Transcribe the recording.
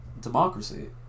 democracy